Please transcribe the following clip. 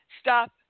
stop